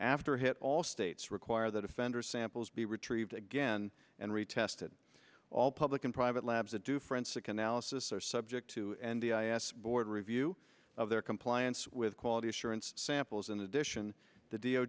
after hit all states require that offender samples be retrieved again and retested all public and private labs that do forensic analysis are subject to and d i s board review of their compliance with quality assurance samples in addition the d o